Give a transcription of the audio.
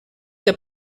der